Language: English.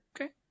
okay